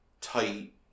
tight